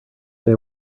they